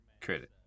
credit